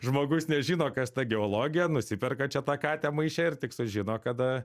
žmogus nežino kas ta geologija nusiperka čia tą katę maiše ir tik sužino kada